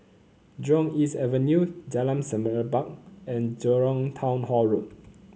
Jurong East Avenue Jalan Semerbak and Jurong Town Hall Road